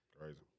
Crazy